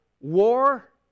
war